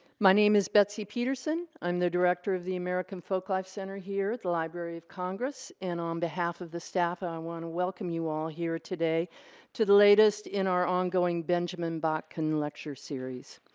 my name is betsy peterson. i'm the director of the american folklife center here at the library of congress. and on behalf of the staff and i want to welcome you all here today today to the latest in our ongoing benjamin botkin lecture series.